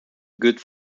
good